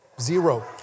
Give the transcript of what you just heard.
zero